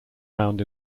found